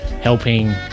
helping